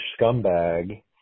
scumbag